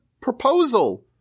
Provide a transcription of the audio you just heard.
proposal